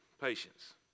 patience